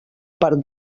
part